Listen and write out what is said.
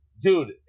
dude